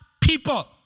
people